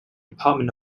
department